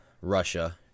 Russia